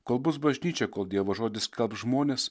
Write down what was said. kol bus bažnyčia kol dievo žodį skelbs žmonės